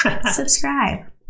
Subscribe